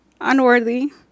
unworthy